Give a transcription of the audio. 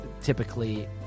typically